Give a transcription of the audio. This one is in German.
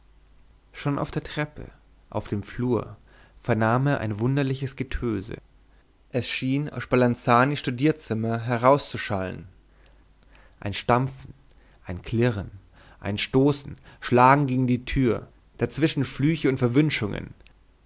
schon auf der treppe auf dem flur vernahm er ein wunderliches getöse es schien aus spalanzanis studierzimmer herauszuschallen ein stampfen ein klirren ein stoßen schlagen gegen die tür dazwischen flüche und